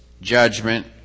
judgment